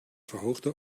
verhoogde